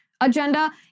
agenda